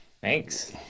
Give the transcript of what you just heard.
Thanks